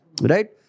right